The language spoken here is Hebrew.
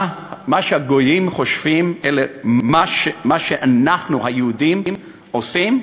הגויים חושבים אלא מה אנחנו היהודים עושים,